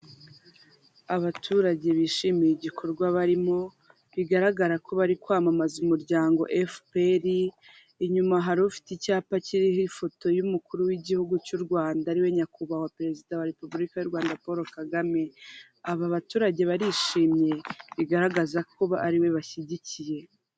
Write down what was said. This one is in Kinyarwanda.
Abaturage bishimiye igikorwa barimo, bigaragara ko bari kwamamaza umuryango FPR, inyuma hari ufite icyapa kiriho ifoto y'umukuru w'igihugu cy'u Rwanda ariwe Nyakubahwa Perezida wa Repubulika y'u Rwanda Paul Kagame, aba baturage barishimye bigaragaza ko ariwe bashyigikiye.